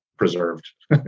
Preserved